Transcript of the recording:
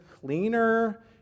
cleaner